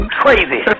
crazy